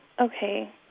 Okay